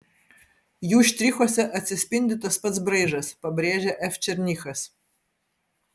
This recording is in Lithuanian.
jų štrichuose atsispindi tas pats braižas pabrėžė f černychas